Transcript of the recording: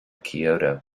kyoto